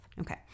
Okay